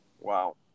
Wow